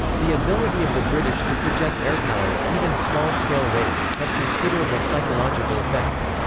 the ability of the british to project airpower, even small scale raids, had considerable psychological effects.